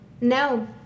no